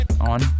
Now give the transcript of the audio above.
On